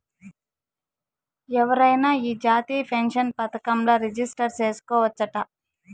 ఎవరైనా ఈ జాతీయ పెన్సన్ పదకంల రిజిస్టర్ చేసుకోవచ్చట